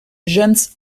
james